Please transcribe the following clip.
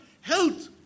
health